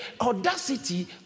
audacity